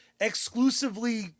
exclusively